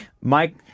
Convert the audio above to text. Mike